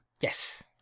Yes